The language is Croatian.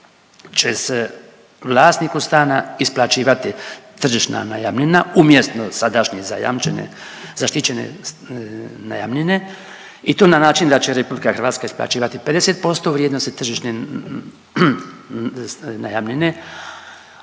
će se vlasniku stana isplaćivati tržišna najamnina umjesto sadašnje zajamčene zaštićene najamnine i to na način da će Republika Hrvatska isplaćivati 50% vrijednosti tržišne najamnine,